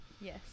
Yes